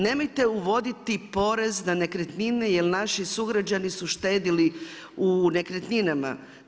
Nemojte uvoditi porez na nekretnine, jer naši sugrađani su uštedili u nekretninama.